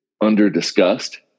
under-discussed